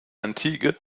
antike